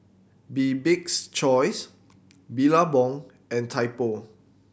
Bibik's Choice Billabong and Typo